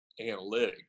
analytics